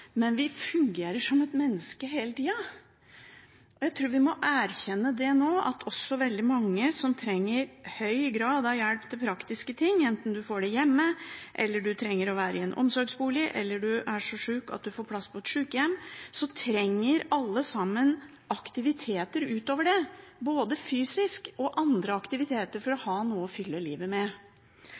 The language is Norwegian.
Vi fungerer som mennesker hele tida. Jeg tror vi må erkjenne at også veldig mange som trenger høy grad av hjelp til praktiske ting – enten man får det hjemme, trenger å være i en omsorgsbolig eller er så syk at man får plass på sykehjem – trenger aktiviteter utover det, både fysiske og andre aktiviteter, for å ha noe å fylle livet med.